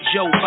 Joe